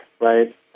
right